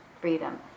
freedom